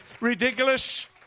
ridiculous